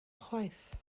chwaith